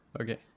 Okay